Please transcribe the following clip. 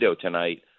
tonight